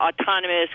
autonomous